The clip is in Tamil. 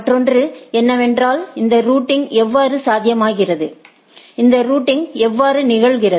மற்றொன்று என்னவென்றால் இந்த ரூட்டிங் எவ்வாறு சாத்தியமாகிறது இந்த ரூட்டிங் எவ்வாறு நிகழ்கிறது